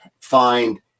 find